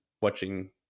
watching